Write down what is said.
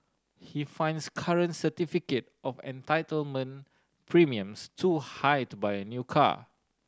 he finds current certificate of entitlement premiums too high to buy a new car